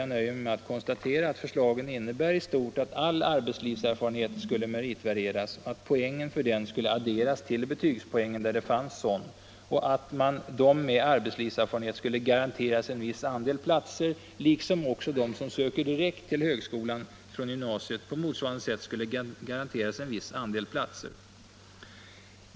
Jag nöjer mig med att konstatera att förslagen i stort innebär att all arbetslivserfarenhet skulle räknas som merit och att poängen för den skulle adderas till betygspoängen där sådan fanns. Dessutom skulle de med arbetslivserfarenhet garanteras en viss andel platser, liksom de som söker direkt till högskola från gymnasiet på motsvarande sätt skulle garanteras en viss andel platser.